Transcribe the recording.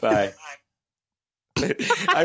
Bye